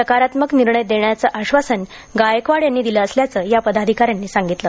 सकारात्मक निर्णय देण्याचे आश्वासन गायकवाड यांनी दिले असल्याचे या पदाधिकाऱ्यांनी सांगितलं